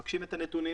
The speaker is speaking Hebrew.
מבקשים את הנתונים,